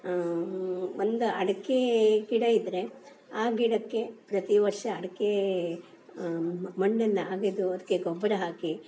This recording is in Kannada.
ಒಂದು ಅಡಿಕೆ ಗಿಡಯಿದ್ದರೆ ಆ ಗಿಡಕ್ಕೆ ಪ್ರತಿವರ್ಷ ಅಡಿಕೆ ಮಣ್ಣನ್ನು ಅಗೆದು ಅದಕ್ಕೆ ಗೊಬ್ಬರ ಹಾಕಿ